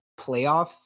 playoff